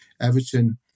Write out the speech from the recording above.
Everton